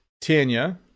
Tanya